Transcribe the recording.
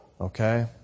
Okay